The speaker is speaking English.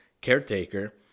caretaker